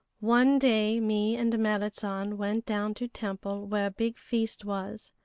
one day me and merrit san went down to temple where big feast was.